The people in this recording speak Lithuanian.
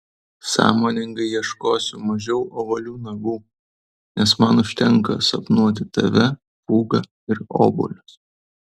sąmoningai ieškosiu mažiau ovalių nagų nes man užtenka sapnuoti tave pūgą ir obuolius